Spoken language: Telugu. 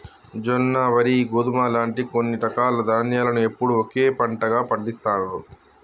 జొన్న, వరి, గోధుమ లాంటి కొన్ని రకాల ధాన్యాలను ఎప్పుడూ ఒకే పంటగా పండిస్తాండ్రు